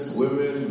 women